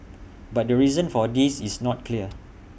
but the reason for this is not clear